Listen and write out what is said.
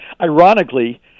Ironically